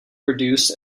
produced